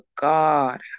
God